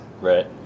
Right